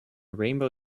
rainbow